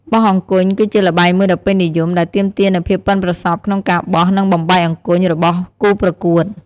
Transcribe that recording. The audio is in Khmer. បោះអង្គញ់ គឺជាល្បែងមួយដ៏ពេញនិយម ដែលទាមទារនូវភាពប៉ិនប្រសប់ក្នុងការបោះ និងបំបែកអង្គញ់របស់គូប្រកួត។